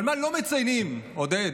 אבל מה לא מציינים, עודד?